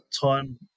time